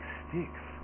sticks